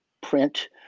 print